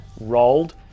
rolled